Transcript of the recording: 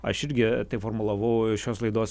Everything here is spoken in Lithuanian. aš irgi taip formulavau šios laidos